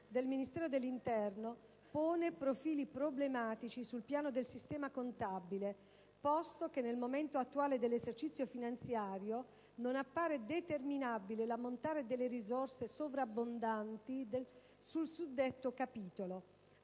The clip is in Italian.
del Ministero dell'interno, pone profili problematici sul piano del sistema contabile, posto che nel momento attuale dell'esercizio finanziario non appare determinabile l'ammontare delle risorse sovrabbondanti sul suddetto capitolo,